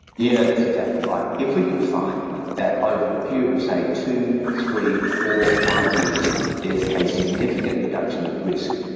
yeah that's exactly right. if we can find that over a period of, say, two, three, four, five years there is a significant reduction of risk,